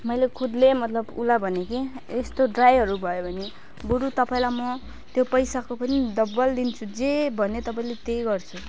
मैले खुदले मतलब उसलाई भने कि यस्तो ड्राइहरू भयो भने बरु तपाईँलाई म त्यो पैसाको पनि डबल दिन्छु जे भन्यो तपाईँले त्यही गर्छु